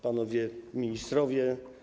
Panowie Ministrowie!